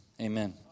amen